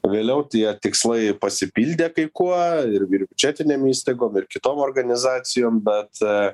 o vėliau tie tikslai pasipildė kai kuo ir ir biudžetinėm įstaigom ir kitom organizacijom bet